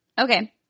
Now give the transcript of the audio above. okay